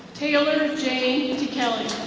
taylor jane tekelley.